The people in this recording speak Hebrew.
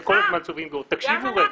תקשיבו רגע.